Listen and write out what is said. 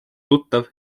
tuttav